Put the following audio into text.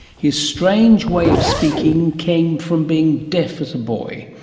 his strange way of speaking came from being deaf as a boy.